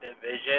division